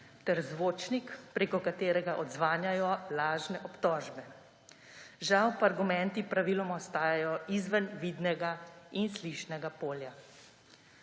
ter zvočnik, preko katerega odzvanjajo lažne obtožbe. Žal pa argumenti praviloma ostajajo izven vidnega in slišnega polja.